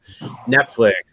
Netflix